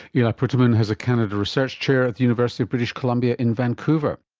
eli puterman has a canada research chair at the university of british columbia in vancouver